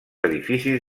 edificis